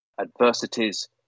adversities